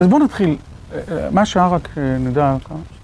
אז בואו נתחיל, מה שארק נדע כאן.